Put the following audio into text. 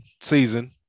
season